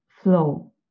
flow